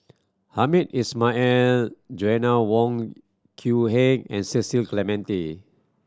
Hamed Ismail and Joanna Wong Quee Heng and Cecil Clementi